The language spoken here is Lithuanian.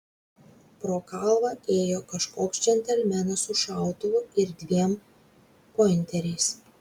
pro kalvą ėjo kažkoks džentelmenas su šautuvu ir dviem pointeriais